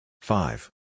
Five